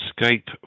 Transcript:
escape